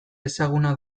ezaguna